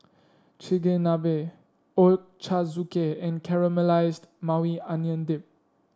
Chigenabe Ochazuke and Caramelized Maui Onion Dip